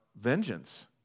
vengeance